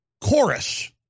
chorus